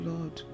Lord